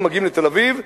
מגיעים לתל-אביב.